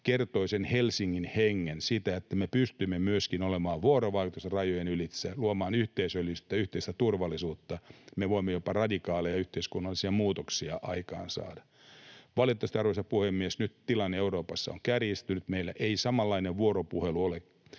kertoi Helsingin hengestä ja siitä, että me pystymme myöskin olemaan vuorovaikutteisia rajojen ylitse, luomaan yhteisöllisyyttä, yhteistä turvallisuutta. Me voimme jopa radikaaleja yhteiskunnallisia muutoksia aikaansaada. Valitettavasti, arvoisa puhemies, nyt tilanne Euroopassa on kärjistynyt. Meillä ei samanlainen vuoropuhelu ole